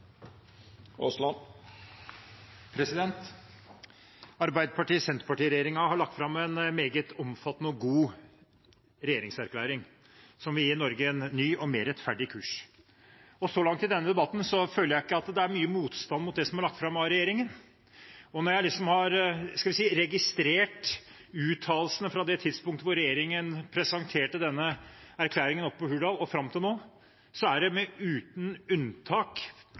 god regjeringserklæring, som vil gi Norge en ny og mer rettferdig kurs. Så langt i denne debatten føler jeg ikke at det er mye motstand mot det som er lagt fram av regjeringen. Når jeg har registrert uttalelsene fra det tidspunktet hvor regjeringen presenterte denne erklæringen oppe i Hurdal, og fram til nå, er det – uten unntak